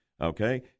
Okay